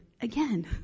again